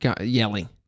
Yelling